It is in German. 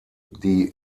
die